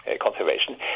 conservation